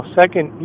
second